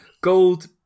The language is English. gold